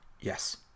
yes